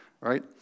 right